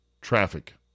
traffic